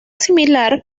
similar